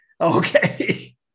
Okay